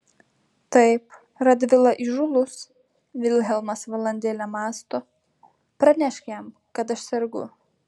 taip radvila įžūlus vilhelmas valandėlę mąsto pranešk jam kad aš sergu